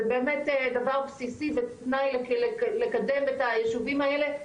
זה באמת דבר בסיסי ותנאי לקדם את היישובים האלה,